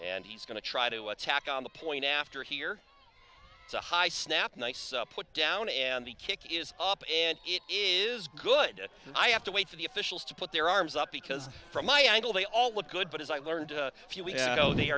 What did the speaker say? and he's going to try to attack on the point after here it's a high snap nice put down and the kick is up and it is good i have to wait for the officials to put their arms up because from my angle they all look good but as i learned a few we know they